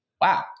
wow